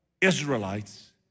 Israelites